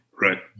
right